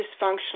dysfunctional